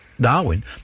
Darwin